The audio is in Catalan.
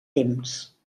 temps